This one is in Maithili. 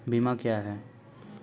बीमा क्या हैं?